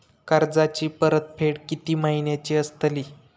कर्जाची परतफेड कीती महिन्याची असतली?